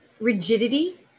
rigidity